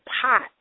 pot